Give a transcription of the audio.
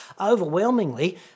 overwhelmingly